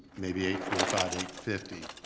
maybe eight forty five, eight fifty.